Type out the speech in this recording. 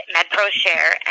MedProShare